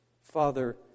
Father